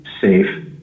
safe